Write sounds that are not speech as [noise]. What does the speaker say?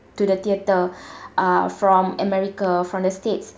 to the theatre [breath] uh from america from the states